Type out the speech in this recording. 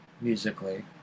musically